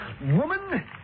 Woman